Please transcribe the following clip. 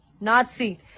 Nazi